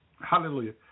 Hallelujah